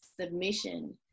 submission